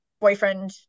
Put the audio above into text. boyfriend